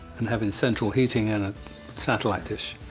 and having central heating and a satellite dish.